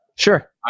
Sure